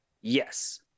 Yes